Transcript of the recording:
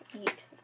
eat